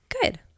Good